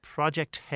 Project